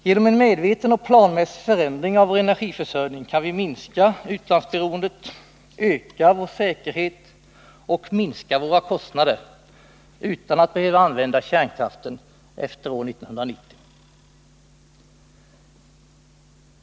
Genom en medveten och planmässig förändring av vår energiförsörjning kan vi minska utlandsberoendet, öka vår säkerhet och minska våra kostnader utan att vi behöver använda kärnkraften efter år 1990.